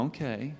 Okay